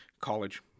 college